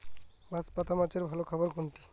বাঁশপাতা মাছের ভালো খাবার কোনটি?